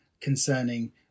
concerning